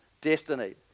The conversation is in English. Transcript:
destiny